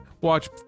watch